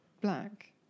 black